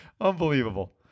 Unbelievable